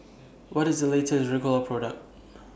What IS The latest Ricola Product